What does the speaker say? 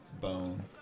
bone